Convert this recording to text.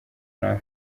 nawe